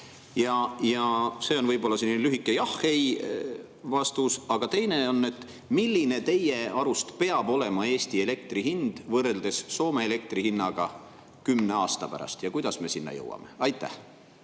See on võib-olla selline lühike jah/ei-vastus. Aga teine on: milline teie arust peab olema Eesti elektri hind võrreldes Soome elektri hinnaga kümne aasta pärast ja kuidas me sinna jõuame? Aitäh!